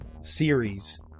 series